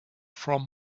from